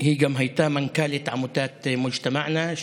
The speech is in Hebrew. היא גם הייתה מנכ"לית עמותת מוג'תמענא,